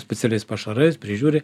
specialiais pašarais prižiūri